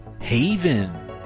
Haven